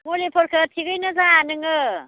मुलिफोरखौ थिगैनो जा नोङो